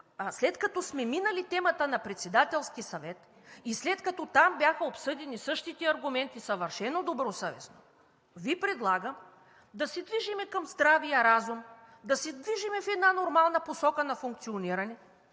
след като сме минали темата на Председателския съвет и след като там бяха обсъдени същите аргументи съвършено добросъвестно, Ви предлагам да се движим към здравия разум, да се движим в една нормална посока на функциониране,